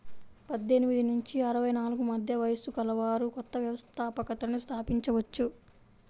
పద్దెనిమిది నుంచి అరవై నాలుగు మధ్య వయస్సు గలవారు కొత్త వ్యవస్థాపకతను స్థాపించవచ్చు